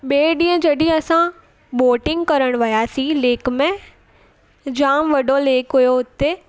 ॿे ॾींहुं जॾहिं असां बोटिंग करणु वियासीं लेक में जामु वॾो लेक हुयो हुते